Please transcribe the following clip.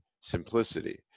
simplicity